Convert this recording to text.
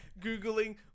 Googling